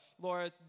Laura